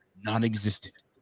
non-existent